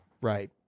Right